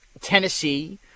Tennessee